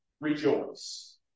rejoice